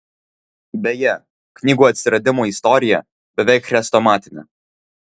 beje knygų atsiradimo istorija beveik chrestomatinė